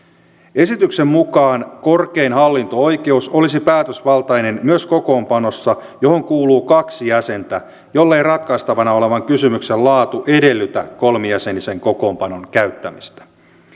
esityksen mukaan korkein hallinto oikeus olisi päätösvaltainen myös kokoonpanossa johon kuuluu kaksi jäsentä jollei ratkaistavana olevan kysymyksen laatu edellytä kolmijäsenisen kokoonpanon käyttämistä